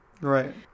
right